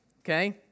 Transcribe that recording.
okay